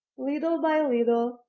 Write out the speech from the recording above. little by little,